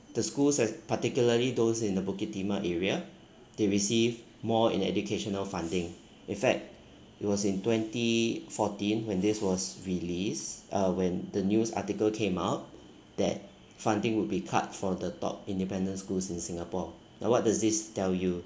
the schools as particularly those in the bukit timah area they receive more in educational funding in fact it was in twenty fourteen when this was released uh when the news article came out that funding would be cut for the top independent schools in singapore now what does this tell you